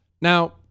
Now